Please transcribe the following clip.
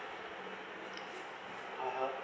(uh huh)